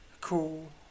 cool